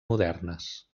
modernes